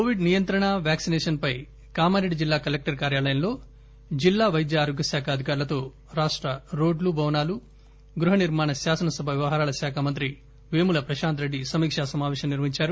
Covid నియంత్రణ vaccination పై కామారెడ్డి జిల్లా కలెక్టర్ కార్యాలయంలో జిల్లా పైద్య ఆరోగ్య శాఖ అధికారులతో రాష్ల రోడ్లు భవనాలుగృహ నిర్మాణ శాసనసభ వ్యవహారాల శాఖ మంత్రి పేముల ప్రశాంత్ రెడ్డి సమీకా సమాపేశం నిర్వహించారు